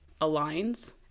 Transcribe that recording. aligns